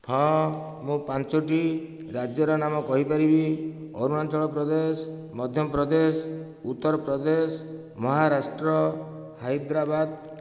ହଁ ମୁଁ ପାଞ୍ଚୋଟି ରାଜ୍ୟର ନାମ କହିପାରିବି ଅରୁଣାଞ୍ଚଳ ପ୍ରଦେଶ ମଧ୍ୟପ୍ରଦେଶ ଉତ୍ତରପ୍ରଦେଶ ମହାରଷ୍ଟ୍ର ହାଇଦ୍ରାବାଦ